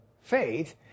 faith